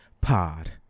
pod